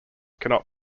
cannot